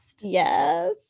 Yes